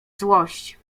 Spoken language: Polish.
złość